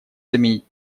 заменить